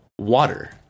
Water